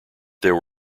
there